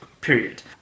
period